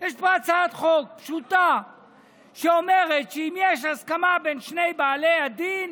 יש פה הצעת חוק פשוטה שאומרת שאם יש הסכמה בין שני בעלי הדין,